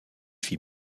fit